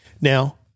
Now